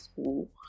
school